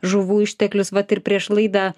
žuvų išteklius vat ir prieš laidą